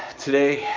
today,